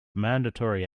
mandatory